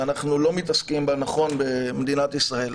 שאנחנו לא מתעסקים בה נכון במדינת ישראל.